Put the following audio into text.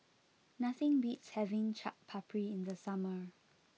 nothing beats having Chaat Papri in the summer